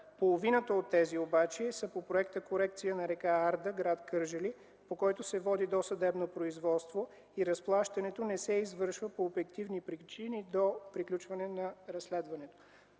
Половината от тези обаче са по Проекта „Корекция на р. Арда” – гр. Кърджали, по който се води досъдебно производство и разплащането не се извършва по обективни причини до приключване на разследването.